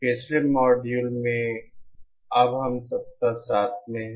पिछले मॉड्यूल में अब हम सप्ताह 7 में हैं